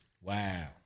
Wow